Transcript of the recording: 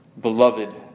Beloved